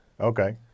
Okay